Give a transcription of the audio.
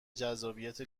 جذابیت